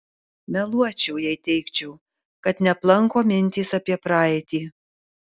meluočiau jei teigčiau kad neaplanko mintys apie praeitį